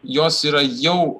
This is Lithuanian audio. jos yra jau